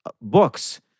books